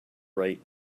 write